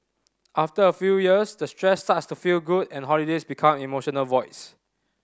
after a few years the stress starts to feel good and holidays become emotional voids